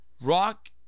Rock